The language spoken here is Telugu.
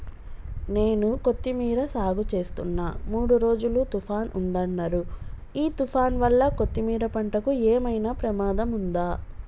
నేను కొత్తిమీర సాగుచేస్తున్న మూడు రోజులు తుఫాన్ ఉందన్నరు ఈ తుఫాన్ వల్ల కొత్తిమీర పంటకు ఏమైనా ప్రమాదం ఉందా?